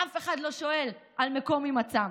ואף אחד לא שואל על מקום הימצאם.